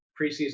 preseason